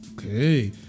Okay